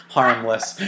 harmless